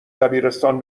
دبیرستان